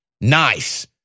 Nice